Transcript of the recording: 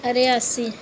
Reasi